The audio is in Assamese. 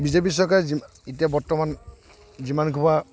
বিজেপি চৰকাৰে যি এতিয়া বৰ্তমান যিমানসোপা